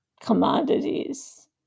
commodities